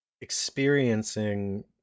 experiencing